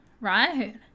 right